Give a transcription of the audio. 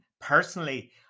Personally